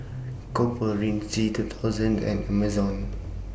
Copper Ridge G two thousand and Amazon